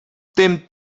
tym